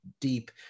deep